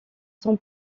son